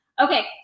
okay